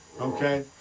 okay